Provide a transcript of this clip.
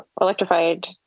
electrified